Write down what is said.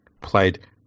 played